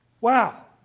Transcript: Wow